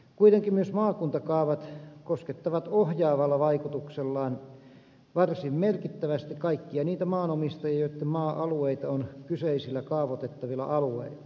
kuitenkin myös maakuntakaavat koskettavat ohjaavalla vaikutuksellaan varsin merkittävästi kaikkia niitä maanomistajia joitten maa alueita on kyseisillä kaavoitettavilla alueilla